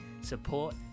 support